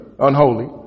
Unholy